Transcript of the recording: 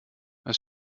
was